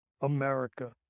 America